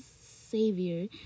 savior